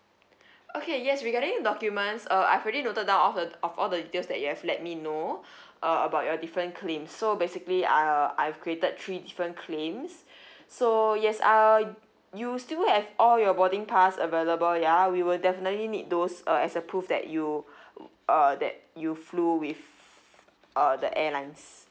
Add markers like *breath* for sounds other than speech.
okay yes regarding documents uh I've already noted down of the of all the details that you have let me know *breath* uh about your different claims so basically uh I've created three different claims *breath* so yes uh you still have all your boarding pass available ya we will definitely need those uh as a proof that you uh that you flew with uh the airlines